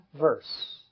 Verse